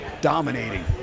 dominating